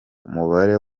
umubare